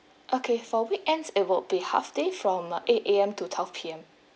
okay for weekends it will be half day from eight A_M to twelve P_M